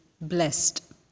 Blessed